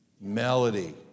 Melody